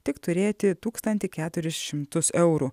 tik turėti tūkstantį keturis šimtus eurų